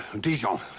Dijon